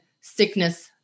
sickness